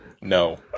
No